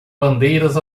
bandeiras